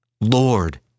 Lord